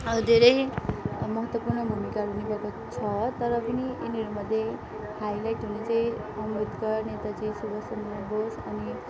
धेरै महत्त्वपूर्ण भूमिकाहरू निभाएको छ तर पनि यिनीहरूमध्ये हाइलाइट हुने चाहिँ अम्बेडकर नेताजी सुभाषचन्द्र बोस अनि